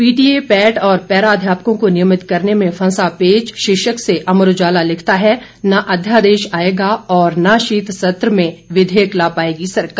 PTA पैट और para अध्यापकों को नियमित करने में फंसा पेच शीर्षक से अमर उजाला लिखता है न अध्यादेश आएगा और न शीत सत्र में विधेयक ला पाएगी सरकार